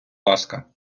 ласка